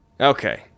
Okay